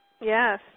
Yes